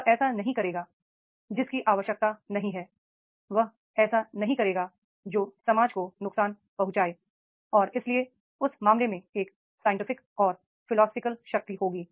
वह ऐसा नहीं करेगा जिसकी आवश्यकता नहीं है वह ऐसा नहीं करेगा जो समाज को नुकसान पहुंचाए और इसलिए उस मामले में एक साइंटिफिक और फिलोसोफर शक्ति होगी